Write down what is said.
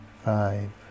five